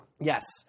Yes